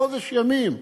חודש ימים,